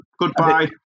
Goodbye